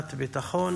שנת ביטחון